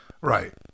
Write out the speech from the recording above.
Right